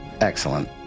Excellent